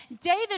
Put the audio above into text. David